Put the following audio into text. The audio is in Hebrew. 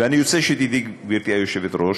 ואני רוצה שתדעי, גברתי היושבת-ראש: